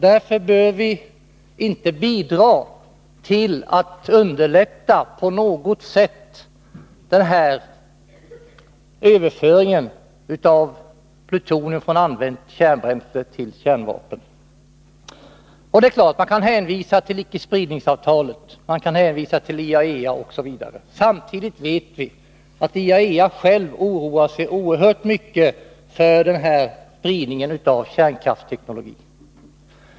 Därför bör vi inte bidra till att på något sätt underlätta denna överföring av plutonium från använt kärnbränsle till kärnvapen. Man kan hänvisa till icke-spridningsavtalet, till IAEA osv. Samtidigt vet vi att IAEA självt oroar sig oerhört mycket för denna spridning av kärnkraftsteknologi.